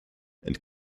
and